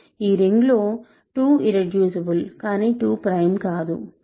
ఈ రింగ్లో 2 ఇర్రెడ్యూసిబుల్ కానీ 2 ప్రైమ్ కాదు